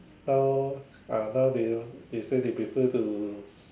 now ah now they they say they prefer to